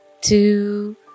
two